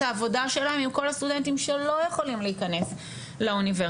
העבודה שלהן עם כל הסטודנטים שלא יכולים להיכנס לאוניברסיטה.